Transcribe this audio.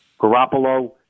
Garoppolo